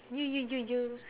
you you you you